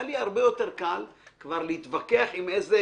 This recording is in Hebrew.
היה לי הרבה יותר קל כבר להתווכח עם איזה